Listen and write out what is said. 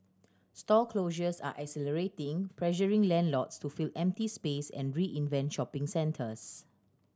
store closures are accelerating pressuring landlords to fill empty space and reinvent shopping centres